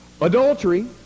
adultery